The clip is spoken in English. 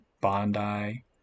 Bondi